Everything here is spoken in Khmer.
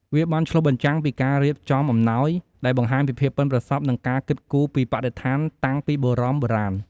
វាបានឆ្លុះបញ្ចាំងពី ការរៀបចំអំណោយ ដែលបង្ហាញពីភាពប៉ិនប្រសប់ និងការគិតគូរពីបរិស្ថានតាំងពីបរមបុរាណ។